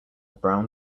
brown